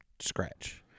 scratch